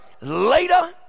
later